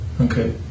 Okay